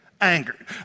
angered